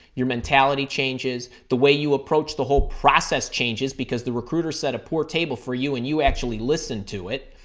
your mentality changes, the way you approach the whole process changes because the recruiter set a poor table for you and you actually listened to it.